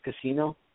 Casino